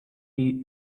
eat